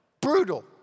brutal